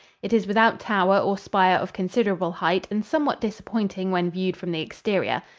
it is without tower or spire of considerable height and somewhat disappointing when viewed from the exterior.